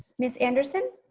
miss anderson?